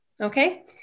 okay